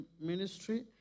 ministry